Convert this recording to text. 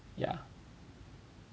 yeah